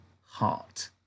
heart